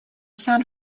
san